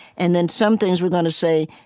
and then some things we're going to say,